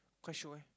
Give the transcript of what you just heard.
quite shiok eh